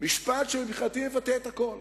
משפט שמבחינתי מבטא את הכול,